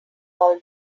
all